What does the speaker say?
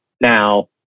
Now